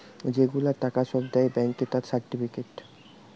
যে গুলা টাকা সব দেয় ব্যাংকে তার সার্টিফিকেট